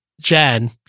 Jen